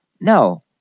No